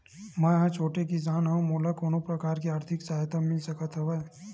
मै ह छोटे किसान हंव का मोला कोनो प्रकार के आर्थिक सहायता मिल सकत हवय?